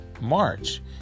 March